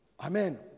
Amen